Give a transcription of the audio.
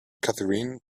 catherine